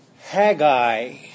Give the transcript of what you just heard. Haggai